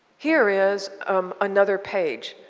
here is um another page.